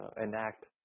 enact